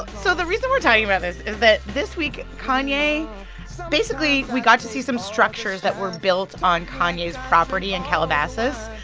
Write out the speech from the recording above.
so the reason we're talking about this is that this week kanye basically, we got to see some structures that were built on kanye's property in calabasas.